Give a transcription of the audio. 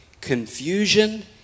confusion